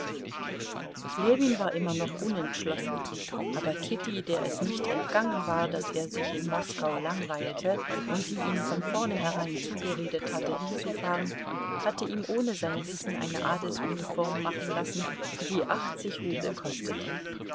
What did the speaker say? ljewin war immer noch unentschlossen aber kitty der es nicht entgangen war daß er sich in moskau langweilte und die ihm von vornherein zugeredet hatte hinzufahren hatte ihm ohne sein wissen eine adelsuniform machen lassen die achtzig rubel kostete